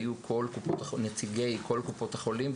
היו אצלנו נציגי כל קופות החולים,